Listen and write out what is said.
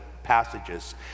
passages